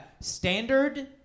standard